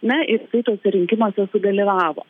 na ir jisai tuose rinkimuose sudalyvavo